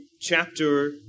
chapter